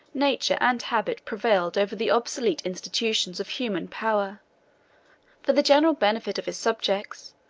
nature and habit prevailed over the obsolete institutions of human power for the general benefit of his subjects,